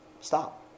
stop